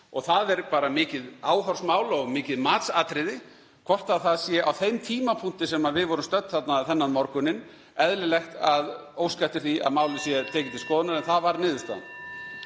Það er bara mikið áhorfsmál og mikið matsatriði hvort það sé á þeim tímapunkti sem við vorum stödd þarna þennan morguninn eðlilegt að óska eftir því að málið sé tekið til skoðunar. En það varð niðurstaðan.